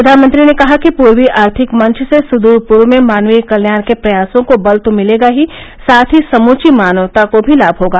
प्रधानमंत्री ने कहा कि पूर्वी आर्थिक मंच से सुद्रपूर्व में मानवीय कल्याण के प्रयासों को बल तो मिलगा ही साथ ही समूची मानवता को भी लाभ होगा